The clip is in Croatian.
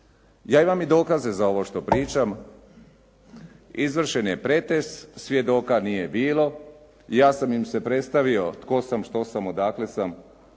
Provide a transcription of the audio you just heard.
Ja imam i dokaze za ovo što pričam, izvršen je pretres, svjedoka nije bilo. Ja sam im se predstavio tko sam, što sam, odakle sam.